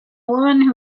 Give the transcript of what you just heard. woman